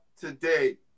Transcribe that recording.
today